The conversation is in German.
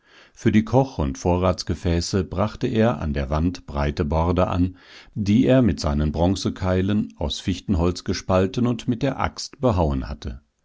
für die koch und vorratsgefäße brachte er an der wand breite borde an die er mit seinen bronzekeilen aus fichtenholz gespalten und mit der axt behauen hatte